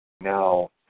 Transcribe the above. Now